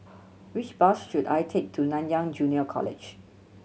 which bus should I take to Nanyang Junior College